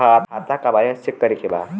खाता का balance check करे के बा?